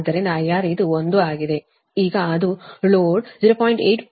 ಆದ್ದರಿಂದIR ಇದು ಒಂದು ಆಗಿದೆ ಈಗ ಅದು ಲೋಡ್ 0